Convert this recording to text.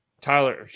tyler